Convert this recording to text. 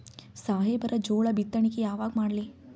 ಸಾಹೇಬರ ಜೋಳ ಬಿತ್ತಣಿಕಿ ಯಾವಾಗ ಮಾಡ್ಲಿ?